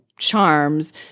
Charms